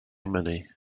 many